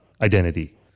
identity